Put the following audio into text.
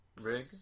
rig